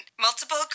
multiple